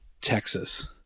Texas